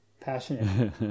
passionate